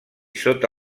sota